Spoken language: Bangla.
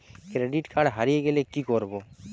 ক্রেডিট কার্ড হারিয়ে গেলে কি করব?